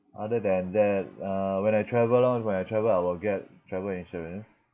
other than that uh when I travel lor when I travel I will get travel insurance